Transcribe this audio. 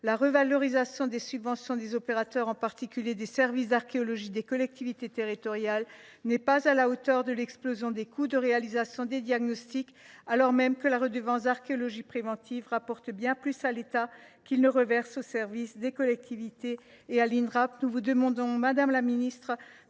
La revalorisation des subventions des opérateurs, en particulier des services d’archéologie des collectivités territoriales, n’est pas à la hauteur de l’explosion des coûts de réalisation des diagnostics, alors même que la redevance d’archéologie préventive rapporte bien plus à l’État que ce que celui ci reverse aux services des collectivités et à l’Institut national de recherches